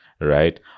Right